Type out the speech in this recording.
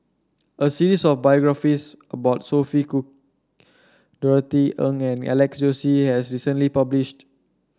a series of biographies about Sophia Cooke Norothy Ng and Alex Josey has recently published